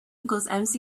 equals